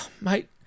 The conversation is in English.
mate